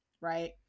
right